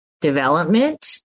development